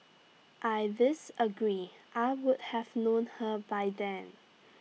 I disagree I would have known her by then